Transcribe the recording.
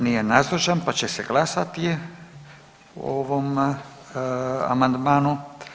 Nije nazočan, pa će se glasati o ovom amandmanu.